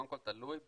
קודם כל תלוי בתחום.